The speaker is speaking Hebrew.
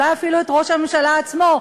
אולי אפילו את ראש הממשלה עצמו,